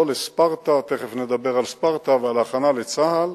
לא לספרטה, תיכף נדבר על ספרטה ועל ההכנה לצה"ל.